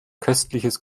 köstliches